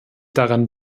daran